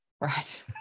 Right